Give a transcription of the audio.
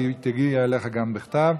היא תגיע אליך גם בכתב.